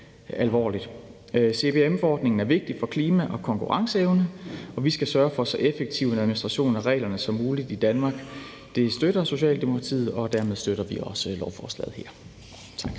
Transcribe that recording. CBAM-forordningen er vigtig for klima og konkurrenceevne, og vi skal sørge for så effektiv en administration af reglerne som muligt i Danmark. Det støtter Socialdemokratiet, og dermed støtter vi også lovforslaget. Tak.